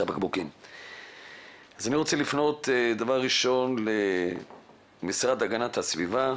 אני רוצה לפנות למשרד להגנת הסביבה,